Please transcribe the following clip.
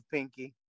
Pinky